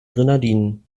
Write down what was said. grenadinen